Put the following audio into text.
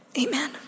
amen